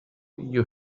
you